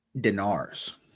dinars